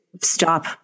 stop